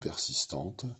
persistantes